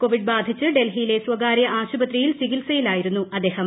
Covid ബാധിച്ച് ഡൽഹിയിലെ സ്വകാര്യ ആശുപത്രിയിൽ ചികിത്സയിലായിരുന്നു അദ്ദേഹം